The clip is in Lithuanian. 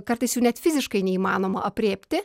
kartais jau net fiziškai neįmanoma aprėpti